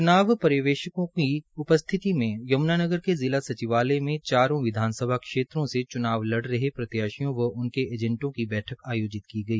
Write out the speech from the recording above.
च्नाव पर्यवक्षकों की उपस्थिति में यम्नानगर में जिला सचिवालय में चारो विधानसभाओं से चूनाव लड़ रहे प्रत्याशियों व उनके एजेटों की बैठक आयोजित की गई